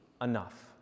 enough